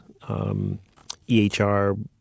EHR